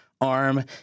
arm